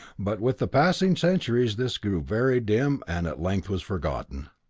but with the passing centuries this grew very dim and at length was forgotten.